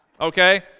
okay